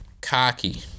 cocky